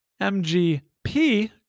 MGP